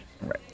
Right